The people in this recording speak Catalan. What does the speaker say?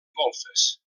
golfes